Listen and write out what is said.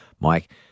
Mike